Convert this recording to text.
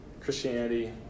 Christianity